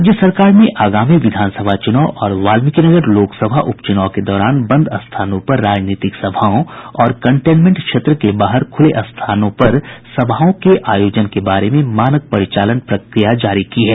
राज्य सरकार ने आगामी विधानसभा चूनाव और वाल्मीकिनगर लोकसभा सभा उपचुनाव के दौरान बंद स्थानों पर राजनीतिक सभाओं और कंटेनमेंट क्षेत्र के बाहर खुले स्थानों पर सभाओं के आयोजन के बारे में मानक परिचालन प्रक्रिया जारी की है